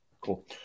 Cool